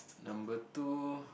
number two